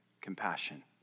compassion